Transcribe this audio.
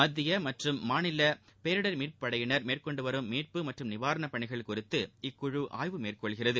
மத்திய மற்றும் மாநில பேரிடர் மீட்புப் படையினர் மேற்கொண்டு வரும் மீட்பு மற்றும் நிவாரண பணிகள் குறித்து இக்குழு ஆய்வு மேற்கொள்கிறது